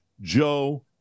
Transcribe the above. Joe